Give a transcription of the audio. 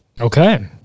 Okay